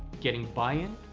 getting buy-in,